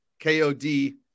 KOD